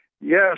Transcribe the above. Yes